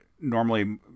normally